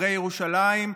הרי ירושלים,